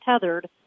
tethered